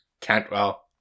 Cantwell